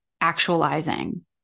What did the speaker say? actualizing